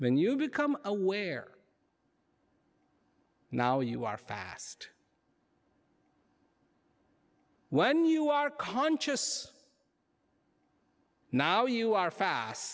then you become aware now you are fast when you are conscious now you are fast